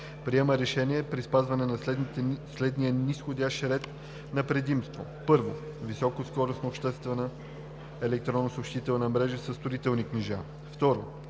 приема решение при спазване на следния низходящ ред на предимство: 1. високоскоростна обществена електронно съобщителна мрежа със строителни книжа;